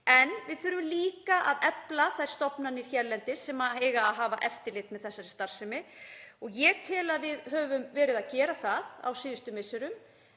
En við þurfum líka að efla þær stofnanir hérlendis sem eiga að hafa eftirlit með þessari starfsemi. Ég tel að við höfum verið að gera það á síðustu misserum